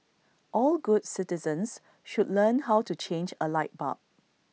all good citizens should learn how to change A light bulb